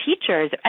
teachers